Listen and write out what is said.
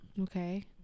Okay